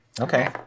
Okay